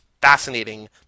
fascinating